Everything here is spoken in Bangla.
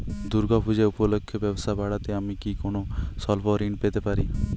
দূর্গা পূজা উপলক্ষে ব্যবসা বাড়াতে আমি কি কোনো স্বল্প ঋণ পেতে পারি?